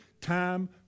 time